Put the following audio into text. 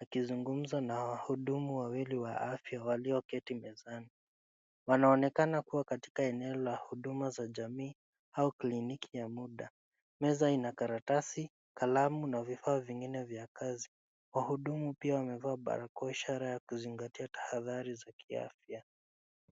akizungumza na hudumu wa afya walioketi mezani. Wanaonekana kuwa katika eneo la huduma za jamii au kliniki ya muda. Meza ina karatasi, kalamu na vifaa vingine vya kazi. Wahudumu pia wamevaa barakoa ishara ya kuzingatia tahadhari za kiafya.